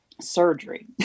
surgery